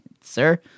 Sir